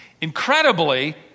Incredibly